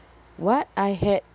what I had